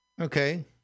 Okay